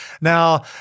Now